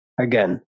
Again